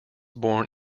born